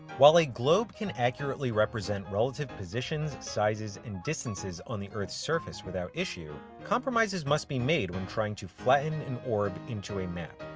while a globe can accurately represent relative positions, sizes, and distances on the earth's surface without issue, compromises must be made when trying to flatten an orb into a map.